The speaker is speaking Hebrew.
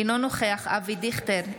אינו נוכח אבי דיכטר,